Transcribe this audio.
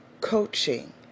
coaching